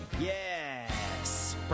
Yes